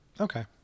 Okay